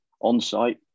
on-site